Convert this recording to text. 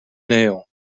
nail